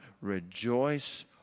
rejoice